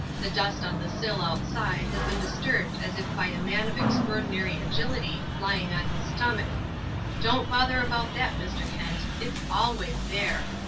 the dust on the sill outside has been disturbed as if by a man of extraordinary agility lying on his stomach don't bother about that, mr. kent. it's always there.